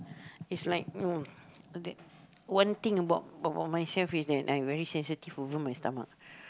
is like no that one thing about about myself is that I'm very sensitive over my stomach